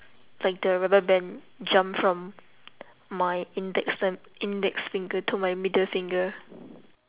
like the rubber band jump from my index the index finger to my middle finger